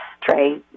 Trey